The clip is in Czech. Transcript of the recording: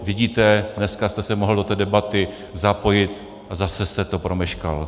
Vidíte, dneska jste se mohl do té debaty zapojit a zase jste to promeškal.